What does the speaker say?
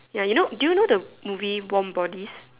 ya you know do you know the movie warm bodies